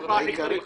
"העיקרית"